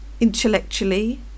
intellectually